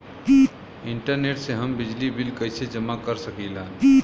Internet से हम बिजली बिल कइसे जमा कर सकी ला?